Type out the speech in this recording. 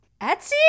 Etsy